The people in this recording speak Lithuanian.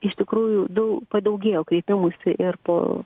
iš tikrųjų dau padaugėjo kreipimųsi ir po